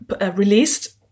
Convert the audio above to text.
released